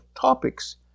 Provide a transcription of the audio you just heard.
topics